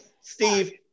Steve